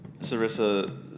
Sarissa